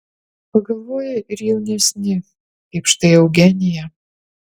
pagalvoja ir jaunesni kaip štai eugenija